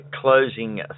closing